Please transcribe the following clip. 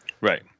Right